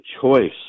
choice